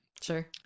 Sure